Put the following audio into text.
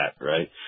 right